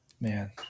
man